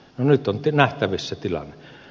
no nyt on nähtävissä tilanne